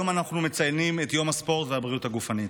היום אנחנו מציינים את יום הספורט והבריאות הגופנית.